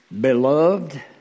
Beloved